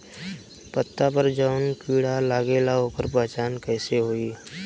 पत्ता पर जौन कीड़ा लागेला ओकर पहचान कैसे होई?